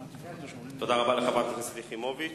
תודה רבה לחברת הכנסת יחימוביץ.